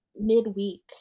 midweek